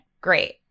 Great